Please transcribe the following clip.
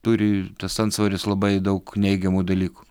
turi tas antsvoris labai daug neigiamų dalykų